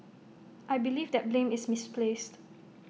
I believe that blame is misplaced